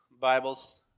Bibles